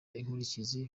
inkurikizi